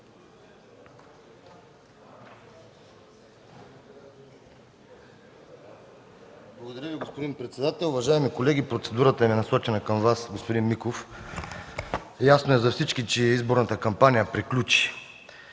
Благодаря Ви, господин председател. Уважаеми колеги, процедурата ми е насочена към Вас, господин Миков. За всички е ясно, че изборната кампания приключи.